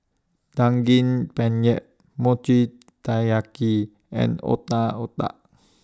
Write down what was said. Daging Penyet Mochi Taiyaki and Otak Otak